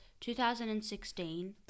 2016